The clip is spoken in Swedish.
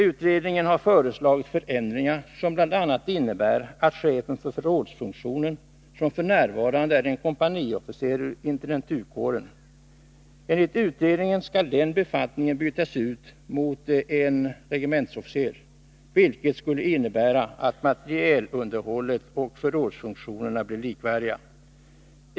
Utredningen har föreslagit förändringar, som bl.a. innebär att chefen för förrådsfunktionen, som f. n. är en kompaniofficer ur intendenturkåren, skall bytas ut mot en regementsofficer, vilket skulle innebära att materielunderhållet och förrådsfunktionerna blir likvärdiga.